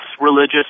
religious